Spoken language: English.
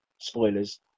spoilers